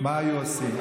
מה היו עושים?